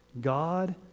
God